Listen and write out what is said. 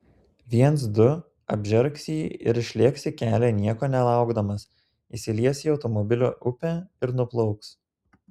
viens du apžergs jį ir išlėks į kelią nieko nelaukdamas įsilies į automobilių upę ir nuplauks